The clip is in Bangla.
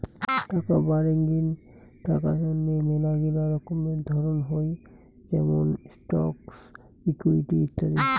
টাকা বাডেঙ্নি টাকা তন্নি মেলাগিলা রকমের ধরণ হই যেমন স্টকস, ইকুইটি ইত্যাদি